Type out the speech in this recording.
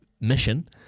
mission